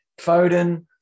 Foden